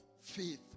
faith